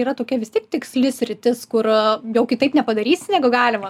yra tokia vis tiek tiksli sritis kur jau kitaip nepadarysi negu galima